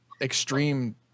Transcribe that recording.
extreme